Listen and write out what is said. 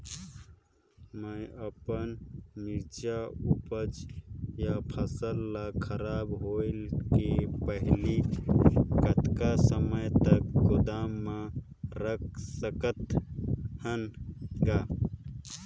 मैं अपन मिरचा ऊपज या फसल ला खराब होय के पहेली कतका समय तक गोदाम म रख सकथ हान ग?